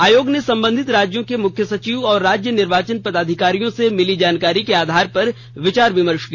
आयोग ने संबंधित राज्यों के मुख्य सचिव और राज्य निर्वाचन अधिकारियों से मिली जानकारी के आधार पर विचार विमर्श किया